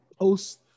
post